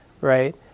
right